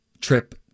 trip